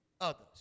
others